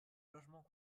logements